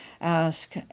ask